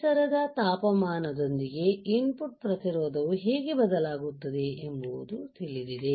ಪರಿಸರದ ತಾಪಮಾನದೊಂದಿಗೆ input ಪ್ರತಿರೋಧವು ಹೇಗೆ ಬದಲಾಗುತ್ತದೆ ಎಂಬುದು ತಿಳಿದಿದೆ